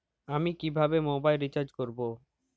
আমি কিভাবে mobile recharge করব?